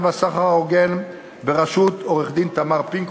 וזה כבר ברור לכולם.